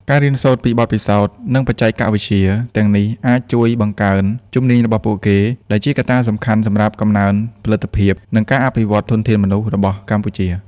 ការរៀនសូត្រពីបទពិសោធន៍ និងបច្ចេកវិទ្យាទាំងនេះអាចជួយបង្កើនជំនាញរបស់ពួកគេ ដែលជាកត្តាសំខាន់សម្រាប់កំណើនផលិតភាព និងការអភិវឌ្ឍន៍ធនធានមនុស្សរបស់កម្ពុជា។